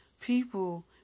people